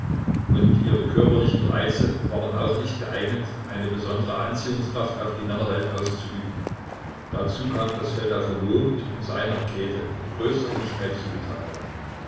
und ihre körperlichen reize waren auch nicht geeignet eine besondere anziehungskraft auf die männerwelt auszuüben dazu kam daß feldau verlobt und seiner käthe mit größter innigkeit zugetan war